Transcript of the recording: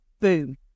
Boom